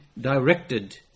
directed